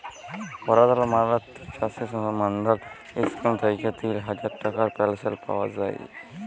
পরধাল মলত্রি চাষী মাল্ধাল ইস্কিম থ্যাইকে তিল হাজার টাকার পেলশল পাউয়া যায়